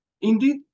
Indeed